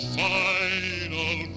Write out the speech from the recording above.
final